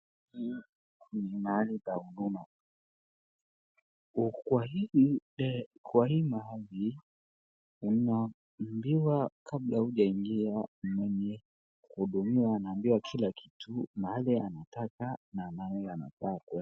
Hii ni mahali pa huduma, kwa hii mahali, unaambiwa kabla hujaingia, mwenye kuhudumiwa anaambiwa kila kitu mahali anataka na mahali anafaa kuenda.